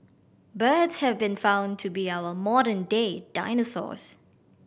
birds have been found to be our modern day dinosaurs